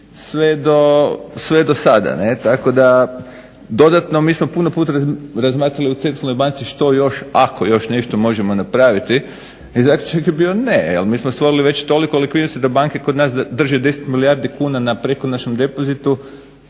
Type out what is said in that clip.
tako da dodatno mi smo puno puta razmatrali u … banci ako još nešto možemo napraviti i zaključak je bio ne. Mi smo stvorili toliko likvidnosti jer banke drže 10 milijardi kuna na prekonoćnom depozitu